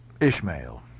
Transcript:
Ishmael